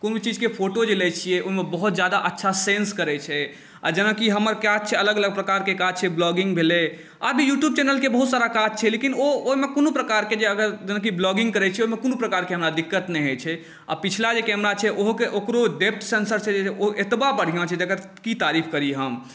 कोनो चीजके फोटो जे लै छिए ओ बहुत ज्यादा अच्छा सेन्स करै छै आओर जेनाकि हमर काज छै अलग अलग प्रकारके काज छै ब्लॉगिङ्ग भेलै आब यूट्यूब चैनलके बहुत सारा काज छै लेकिन ओ ओहिमे कोनो प्रकारके जे अगर जेनाकि अगर ब्लॉगिङ्ग करै छी ओहिमे कोनो प्रकारके हमरा दिक्कत नहि होइ छै आओर पिछला जे कैमरा छै ओहोके ओकरो डेप्थ सेन्सर छै एतबा बढ़िआँ छै जेकर कि तारीफ करी हम